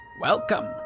Welcome